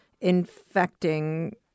infecting